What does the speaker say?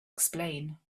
explain